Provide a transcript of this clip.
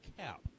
cap